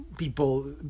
People